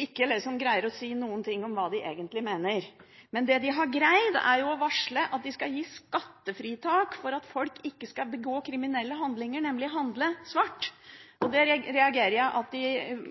ikke greier å si noen ting om hva de egentlig mener. Men det de har greid, er jo å varsle at de skal gi skattefritak for at folk ikke skal begå kriminelle handlinger, nemlig handle svart. Det reagerer jeg